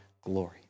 glory